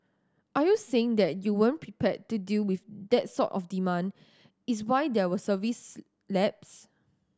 are you saying that you weren't prepared to deal with that sort of demand is why there were service lapse